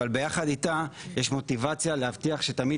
אבל ביחד איתה יש מוטיבציה להבטיח שתמיד